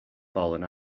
fallen